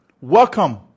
welcome